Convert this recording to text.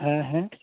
ᱦᱮᱸ ᱦᱮᱸ